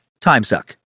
timesuck